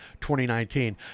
2019